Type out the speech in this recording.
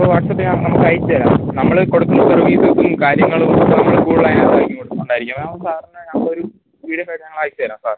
അപ്പം വാട്ട്സാപ്പിൽ ഞാൻ അങ്ങോട്ട് അയച്ച് തരാം നമ്മള് കൊടുക്കുന്ന സർവീസസും കാര്യങ്ങളും നമ്മള് കൂടുതൽ അതിനകത്ത് ആയിരിക്കും കൊടുക്കുന്നുണ്ടായിരിക്കുന്നത് അപ്പം സാറിന് ഞങ്ങളൊര് പി ഡി എഫ് ആയിട്ട് ഞങ്ങള് അയച്ച് തരാം സാറിന്